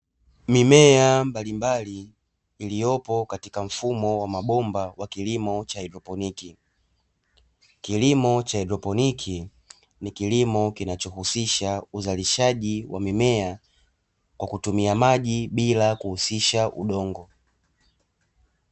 Mimea mbalimbali iliyopo katika mfumo wa mabomba wa kilimo cha haidroponi, kilimo cha haidroponi ni kilimo kinachohusisha uzalishaji wa mimea kwa kutumia maji bila kuhusisha udongo.